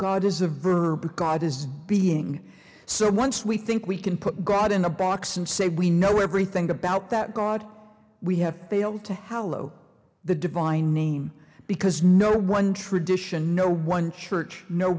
god is a verb god is being so once we think we can put god in a box and say we know everything about that god we have failed to hello the divine name because no one tradition no one church no